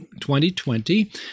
2020